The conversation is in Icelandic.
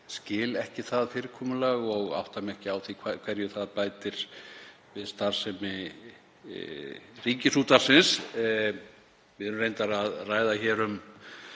skil ekki það fyrirkomulag og átta mig ekki á því hverju það bætir við starfsemi Ríkisútvarpsins. Við erum reyndar að ræða hér um